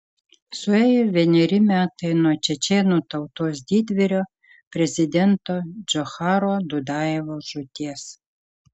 suėjo vieneri metai nuo čečėnų tautos didvyrio prezidento džocharo dudajevo žūties